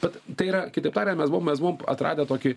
vat tai yra kitaip tariant mes buvom mes buvom atradę tokį